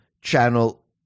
channel